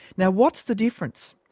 now, what's the difference?